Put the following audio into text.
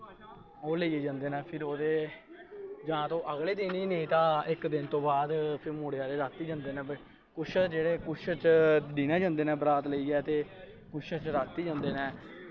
ओह् लेइयै जंदे न फिर ओह्दे जां तो अगले दिन गी नेईं तां इक दिन तो बाद फिर मुड़े आह्ले राती जंदे न किश जेह्ड़े किश च दिनै जंदे न बरात लेइयै ते किश च राती जंदे न